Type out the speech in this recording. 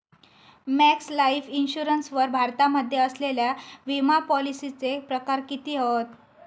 Max Life Insurance वर भारतामध्ये असलेल्या विमापॉलिसीचे प्रकार किती हत?